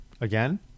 Again